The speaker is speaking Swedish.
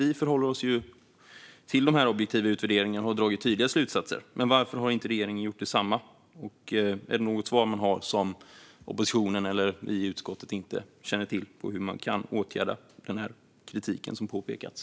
Vi förhåller oss till dessa objektiva utvärderingar och har dragit tydliga slutsatser, men varför har inte regeringen gjort detsamma? Har man något svar som oppositionen eller vi i utskottet inte känner till när det gäller hur man kan åtgärda den kritik som framförts?